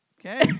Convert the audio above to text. Okay